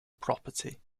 property